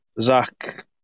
Zach